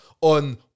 on